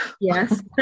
Yes